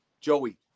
Joey